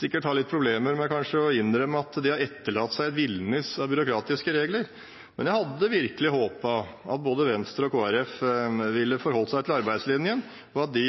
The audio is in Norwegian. sikkert har litt problemer med å innrømme at de har etterlatt seg et villnis av byråkratiske regler. Men jeg hadde virkelig håpet at både Venstre og Kristelig Folkepartiet ville forholdt seg til arbeidslinjen, og at de